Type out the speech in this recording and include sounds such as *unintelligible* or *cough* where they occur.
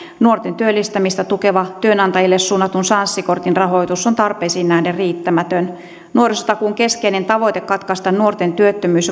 nuorten työllistämistä tukevan työnantajille suunnatun sanssi kortin rahoitus on tarpeisiin nähden riittämätön nuorisotakuun keskeinen tavoite katkaista nuorten työttömyys *unintelligible*